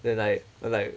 then like I like